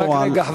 רק רגע,